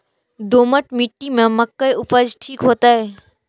दोमट मिट्टी में मक्के उपज ठीक होते?